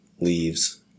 leaves